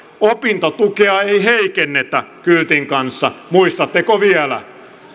opintotukea ei heikennetä kyltin kanssa muistatteko vielä